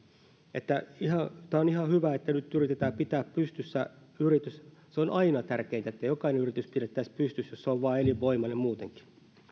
eli tämä on ihan hyvä että nyt yritetään pitää pystyssä yritys se on aina tärkeintä että jokainen yritys pidettäisi pystyssä jos se on vain elinvoimainen muutenkin